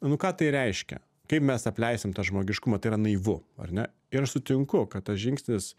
nu ką tai reiškia kaip mes apleisim tą žmogiškumą tai yra naivu ar ne ir aš sutinku kad tas žingsnis